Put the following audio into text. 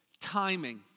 timing